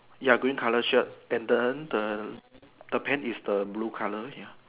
ya green colour shirt and then the the pants is the blue colour ya